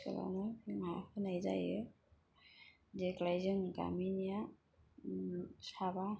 स्कुलावनो जोंहा होनाय जायो देग्लाय जोंनि गामिनिया साबा